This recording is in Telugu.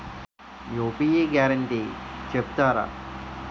యూ.పీ.యి గ్యారంటీ చెప్తారా?